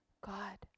God